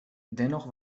dennoch